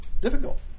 Difficult